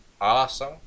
awesome